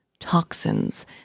Toxins